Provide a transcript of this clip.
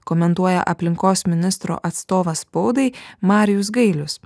komentuoja aplinkos ministro atstovas spaudai marijus gailius